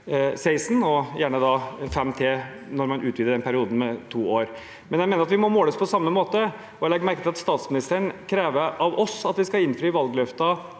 og gjerne 5 til når man utvider den perioden med to år. Jeg mener at vi må måles på samme måte. Jeg legger merke til at statsministeren krever av oss at vi skal innfri valgløfter